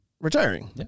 retiring